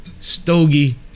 Stogie